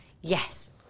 Yes